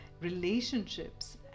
relationships